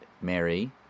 Mary